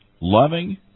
loving